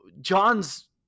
John's